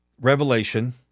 revelation